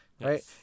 right